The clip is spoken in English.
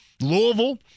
Louisville